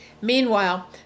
Meanwhile